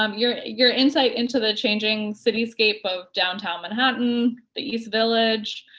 um your your insight into the changing cityscape of downtown manhattan, the east village,